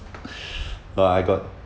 but I got